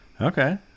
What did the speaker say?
Okay